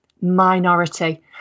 minority